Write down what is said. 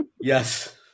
Yes